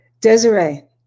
Desiree